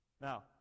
now